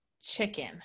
chicken